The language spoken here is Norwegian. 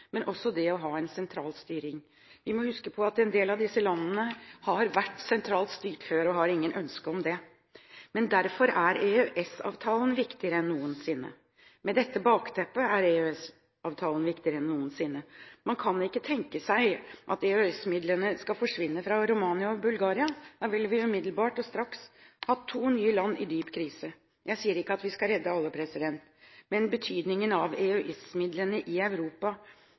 men også ved det å ha en sentral styring. Vi må huske på at en del av disse landene har vært sentralt styrt før, og har ingen ønsker om det. Men derfor – med dette bakteppet – er EØS-avtalen viktigere enn noensinne. Man kan ikke tenke seg at EØS-midlene skal forsvinne fra Romania og Bulgaria. Da ville vi umiddelbart og straks hatt to nye land i dyp krise. Jeg sier ikke at vi skal redde alle, men betydningen av EØS-midlene i et Europa